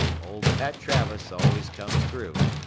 old pat travis always comes through.